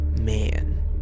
man